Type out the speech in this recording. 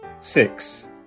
six